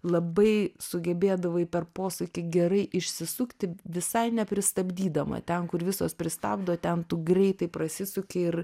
labai sugebėdavai per posūkį gerai išsisukti visai nepristabdydama ten kur visos pristabdo ten tu greitai prasisuki ir